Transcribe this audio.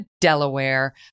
delaware